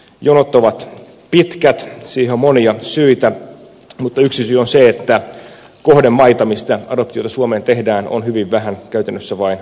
jonot ovat pitkät siihen on monia syitä mutta yksi syy on se että kohdemaita joista adoptioita suomeen tehdään on hyvin vähän käytännössä vain kourallinen